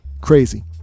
Crazy